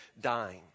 dying